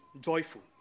joyful